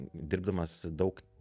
dirbdamas daug